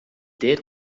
did